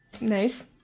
nice